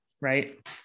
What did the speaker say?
right